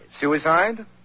Suicide